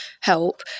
help